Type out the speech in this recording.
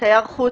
"תייר חוץ"